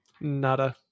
Nada